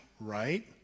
right